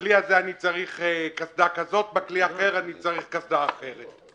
בכלי הזה אני צריך קסדה כזו, ובאחר קסדה אחרת.